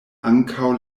ankaŭ